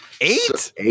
Eight